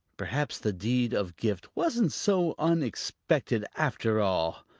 perhaps, the deed of gift wasn't so unexpected after all.